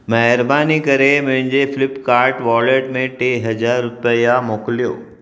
महिरबानी करे मुंहिंजे फ्लिपकार्ट वॉलेट में टे हज़ार रुपिया मोकिलियो